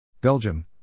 Belgium